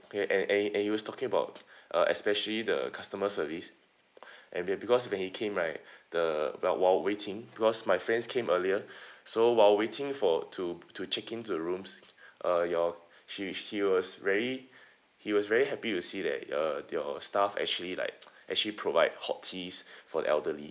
okay and and and he was talking about uh especially the customer service and ya because when he came right the about while waiting because my friends came earlier so while waiting for to to check in to the rooms uh your she he was very he was very happy to see that uh your stuff actually like actually provide hot teas for the elderly